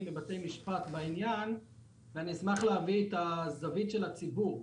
בבתי משפט בעניין ואשמח להביא את הזווית של הציבור.